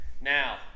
Now